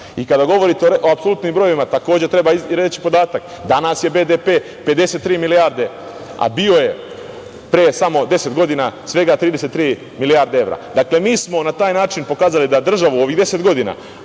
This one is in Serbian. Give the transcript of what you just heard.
dug. Kada govorite o apsolutnim brojevima takođe treba izreći podatak - danas je BDP 53 milijarde, a bio je pre samo 10 godina svega 33 milijarde evra. Dakle, mi smo na taj način pokazali da državu ovih 10 godina,